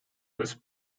was